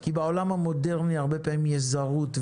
כי בעולם המודרני הרבה פעמים יש זרות,